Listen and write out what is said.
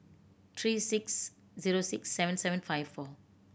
three six zero six seven seven five four